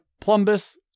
Plumbus